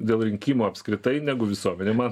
dėl rinkimų apskritai negu visuomenė man